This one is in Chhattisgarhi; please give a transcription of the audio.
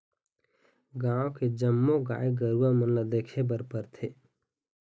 गाँव के जम्मो गाय गरूवा मन ल देखे बर परथे